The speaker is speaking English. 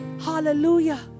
hallelujah